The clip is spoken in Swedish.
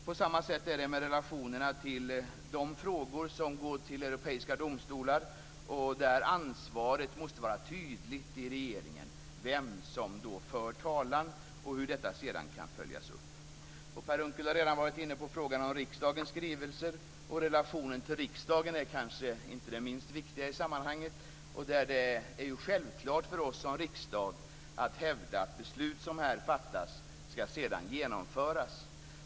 På samma sätt är det med relationerna till de frågor som går till europeiska domstolar. Där måste ansvaret i regeringen vara tydligt, dvs. vem som för talan och hur detta sedan kan följas upp. Per Unckel har redan varit inne på frågan om riksdagens skrivelser. Relationen till riksdagen är kanske inte minst viktig i sammanhanget. Det är ju självklart för oss som riksdag att hävda att beslut som fattas här sedan ska genomföras.